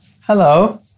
Hello